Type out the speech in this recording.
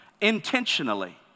intentionally